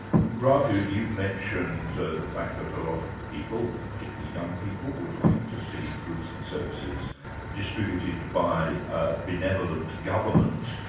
raghu you've mentioned the the fact that a lot of people, particularly young people, would like to see goods and services distributed by a benevolent government,